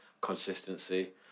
consistency